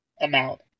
amount